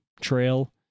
trail